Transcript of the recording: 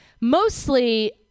mostly